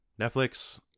netflix